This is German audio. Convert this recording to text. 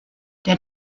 der